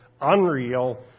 unreal